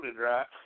right